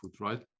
right